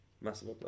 Massive